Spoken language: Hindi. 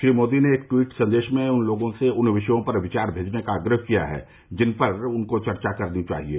श्री मोदी ने एक ट्वीट संदेश में लोगों से उन विषयों पर विचार भेजने का आग्रह किया है जिन पर उनको चर्चा करनी चाहिये